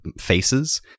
faces